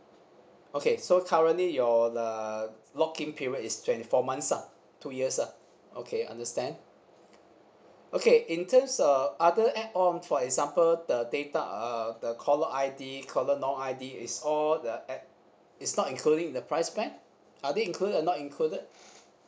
okay so currently your the lock in period is twenty four months ah two years ah okay understand okay in terms of other add on for example the data uh the caller I_D caller none I_D is all the add is not included in the price plan are they included or not included